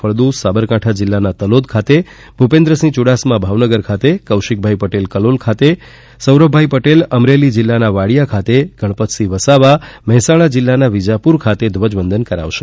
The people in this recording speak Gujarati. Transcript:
ફળદુ સાબરકાંઠા જિલ્લાના તલોદ ખાતે ભૂપેન્દ્રસિંહ ચુડાસમા ભાવનગર ખાતે કૌશિકભાઈ પટેલ કલોલ ખાતે સૌરભભાઈ પટેલ અમરેલી જિલ્લાના વાડીયા ખાતે ગણપતસિંહ વસાવા મહેસાણા જિલ્લાના વિજાપુર ખાતે ધ્વજવંદન કરાવશે